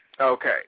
Okay